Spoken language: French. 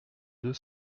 deux